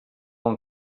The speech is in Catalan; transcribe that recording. amb